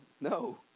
no